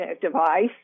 device